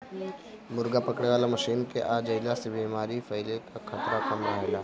मुर्गा पकड़े वाला मशीन के आ जईला से बेमारी फईले कअ खतरा कम रहेला